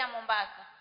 Mombasa